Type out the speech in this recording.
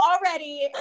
already